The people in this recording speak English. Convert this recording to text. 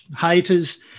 haters